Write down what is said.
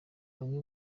bamwe